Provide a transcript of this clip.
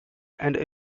and